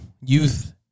youth